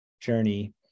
journey